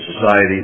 society